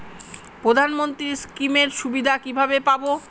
প্রধানমন্ত্রী স্কীম এর সুবিধা কিভাবে পাবো?